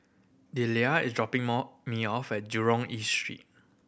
Dellia is dropping me off at Jurong East Street